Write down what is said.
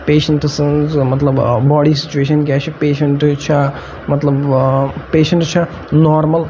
patient سٕنٛزمَطلَب body situation کیاہ چھِ پیشنٹ چھَا مَطلَب پیشنٹ چھَا نارمَل